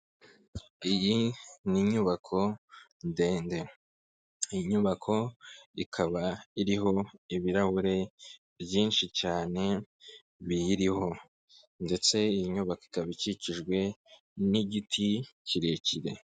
Iyi ni inyubako ndende, iyi nyubako ikaba iriho ibirahure byinshi cyane biyiriho, ndetse iyi nyubako ikaba ikikijwe n'igiti kirekire.